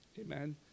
Amen